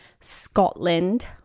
Scotland